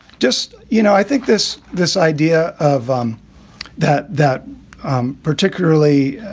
just, you know, i think this this idea of um that, that um particularly,